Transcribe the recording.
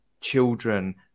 children